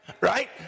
Right